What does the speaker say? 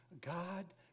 God